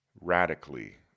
Radically